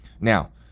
Now